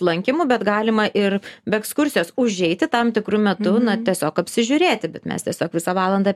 lankymu bet galima ir be ekskursijos užeiti tam tikru metu na tiesiog apsižiūrėti bet mes tiesiog visą valandą